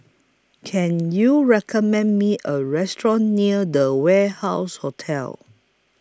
Can YOU recommend Me A Restaurant near The Warehouse Hotel